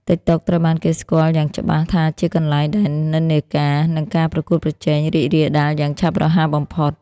TikTok ត្រូវបានគេស្គាល់យ៉ាងច្បាស់ថាជាកន្លែងដែល និន្នាការ និង ការប្រកួតប្រជែង រីករាលដាលយ៉ាងឆាប់រហ័សបំផុត។